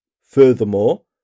Furthermore